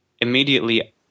immediately